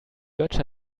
götsch